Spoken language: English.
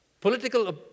Political